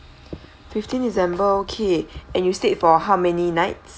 fifteen december okay and you stayed for how many nights